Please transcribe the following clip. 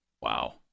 Wow